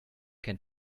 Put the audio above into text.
can